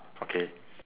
okay